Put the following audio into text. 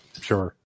sure